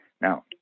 Now